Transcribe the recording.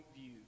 view